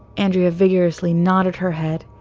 andrea vigorously nodded her head.